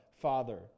Father